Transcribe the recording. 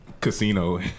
Casino